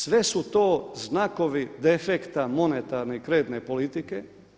Sve su to znakovi defekta monetarne i kreditne politike.